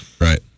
Right